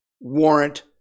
warrant